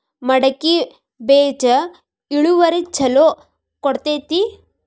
ಮಡಕಿ ಬೇಜ ಇಳುವರಿ ಛಲೋ ಕೊಡ್ತೆತಿ?